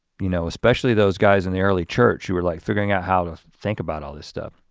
you know especially those guys in the early church who were like figuring out how to think about all this stuff.